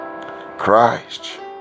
Christ